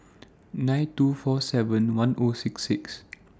nine two four seven one O six six